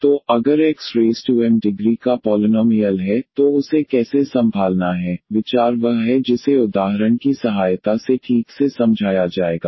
तो अगर xm degree का पॉलिनॉमियल है तो उसे कैसे संभालना है विचार वह है जिसे उदाहरण की सहायता से ठीक से समझाया जाएगा